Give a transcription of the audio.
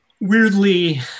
weirdly